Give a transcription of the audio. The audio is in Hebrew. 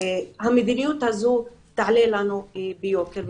המדיניות הזאת תעלה לנו ביוקר.